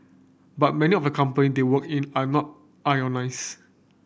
but many of the company they work in are not unionised